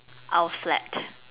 our flat